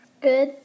Good